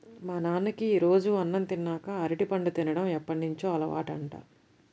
మా నాన్నకి రోజూ అన్నం తిన్నాక అరటిపండు తిన్డం ఎప్పటినుంచో అలవాటంట